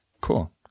cool